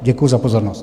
Děkuji za pozornost.